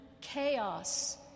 chaos